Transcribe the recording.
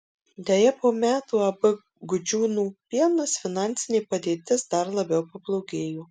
deja po metų ab gudžiūnų pienas finansinė padėtis dar labiau pablogėjo